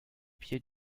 pied